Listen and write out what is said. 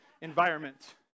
environment